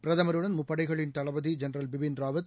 பிரதமருடன் முப்படைகளின் தளபதிஜெனரல் பிபின் ராவத்